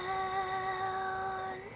down